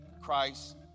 Christ